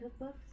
cookbooks